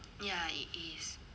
ya it is